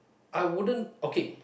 I wouldn't okay